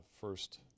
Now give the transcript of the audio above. first